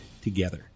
together